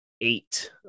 eight